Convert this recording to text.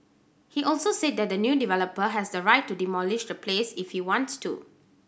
he also said that the new developer has the right to demolish the place if he wants to